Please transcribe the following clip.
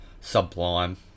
sublime